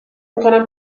میکنم